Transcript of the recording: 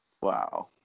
Wow